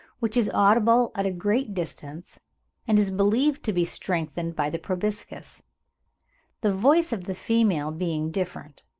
which is audible at a great distance and is believed to be strengthened by the proboscis the voice of the female being different.